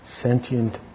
sentient